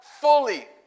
fully